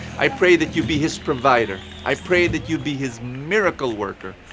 i pray that you be his provider, i pray that you'd be his miracle worker.